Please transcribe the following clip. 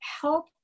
help